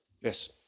Yes